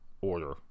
order